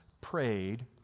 prayed